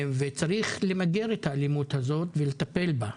וצריך למגר את האלימות הזאת ולטפל בה,